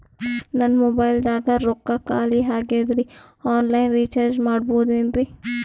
ನನ್ನ ಮೊಬೈಲದಾಗ ರೊಕ್ಕ ಖಾಲಿ ಆಗ್ಯದ್ರಿ ಆನ್ ಲೈನ್ ರೀಚಾರ್ಜ್ ಮಾಡಸ್ಬೋದ್ರಿ?